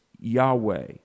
Yahweh